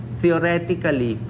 theoretically